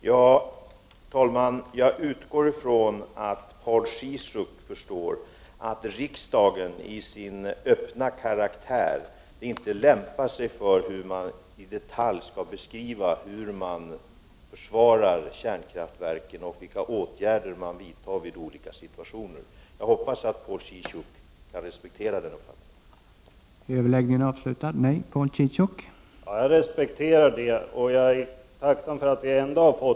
Herr talman! Jag utgår från att Paul Ciszuk förstår att riksdagen med sin öppna karaktär inte lämpar sig som forum för att i detalj beskriva hur man försvarar kärnkraftverken och vilka åtgärder man vidtar i olika situationer. Jag hoppas att Paul Ciszuk kan respektera den uppfattningen.